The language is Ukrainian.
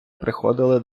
приходили